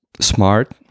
smart